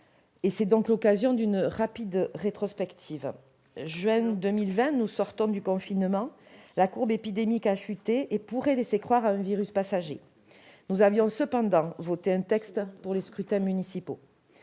C'est donc l'occasion d'une rapide rétrospective. Juin 2020, nous sortons du confinement. La courbe épidémique a chuté et pourrait laisser croire à un virus passager. Nous avions cependant voté un texte pour les scrutins municipaux.